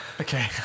Okay